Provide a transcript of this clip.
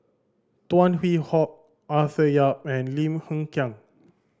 Tan Hwee Hock Arthur Yap and Lim Hng Kiang